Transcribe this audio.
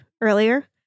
earlier